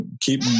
keep